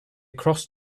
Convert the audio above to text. crossed